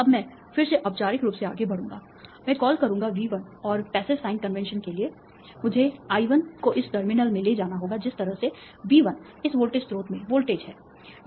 अब मैं फिर से औपचारिक रूप से आगे बढ़ूंगा मैं कॉल करूंगा V1 और पैसिव साइन कन्वेंशन के लिए मुझे I1 को इस टर्मिनल में ले जाना होगा जिस तरह से V1 इस वोल्टेज स्रोत में वोल्टेज है यह I1 है